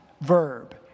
verb